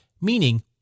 meaning